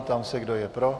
Ptám se, kdo je pro.